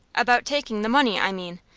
about taking the money, i mean.